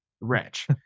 Wretch